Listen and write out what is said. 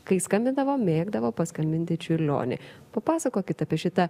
kai skambindavo mėgdavo paskambinti čiurlionį papasakokit apie šitą